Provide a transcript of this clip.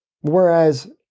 Whereas